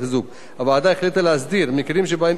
הוועדה החליטה להסדיר מקרים שבהם אי-אפשר להוסיף